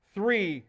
Three